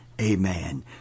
Amen